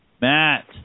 Matt